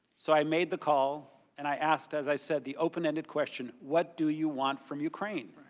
so i made the call and i asked as i said the open ended question. what do you want from ukraine.